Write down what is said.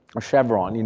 or chevron, you know